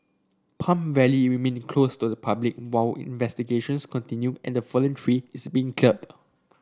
Palm Valley remain closed to the public while investigations continue and the fallen tree is being cleared